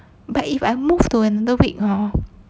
but if I move to another week hor